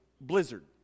blizzard